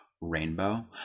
rainbow